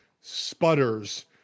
sputters